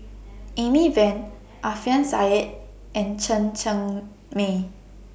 Amy Van Alfian Saly and Chen Cheng Mei